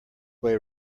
way